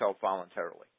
voluntarily